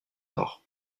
nord